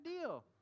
deal